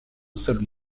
seul